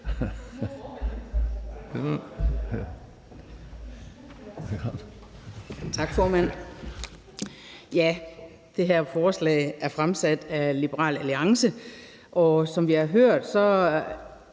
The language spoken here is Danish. Tak, formand. Det her forslag er fremsat af Liberal Alliance, og som vi har hørt, er